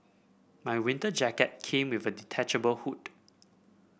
my winter jacket came with a detachable hood